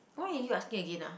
why are you asking again ah